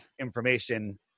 information